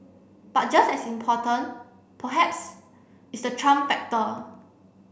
but just as important perhaps is the Trump factor